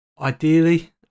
ideally